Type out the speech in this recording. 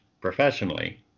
professionally